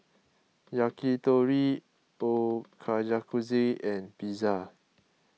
Yakitori Ochazuke and Pizza